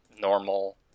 normal